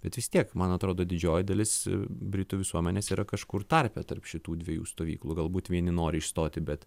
bet vis tiek man atrodo didžioji dalis britų visuomenės yra kažkur tarpe tarp šitų dviejų stovyklų galbūt vieni nori išstoti bet